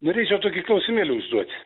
norėčiau tokį klausimėlį užduot